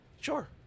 Sure